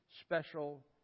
special